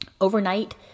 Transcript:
overnight